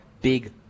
big